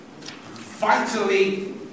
vitally